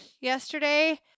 yesterday